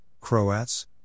Croats